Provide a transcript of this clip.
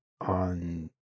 on